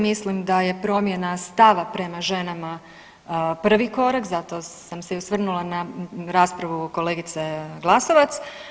Mislim da je promjena stava prema ženama prvi korak, zato sam se i osvrnula na raspravu kolegice Glasovac.